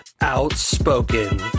Outspoken